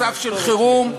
מצב של חירום,